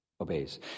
obeys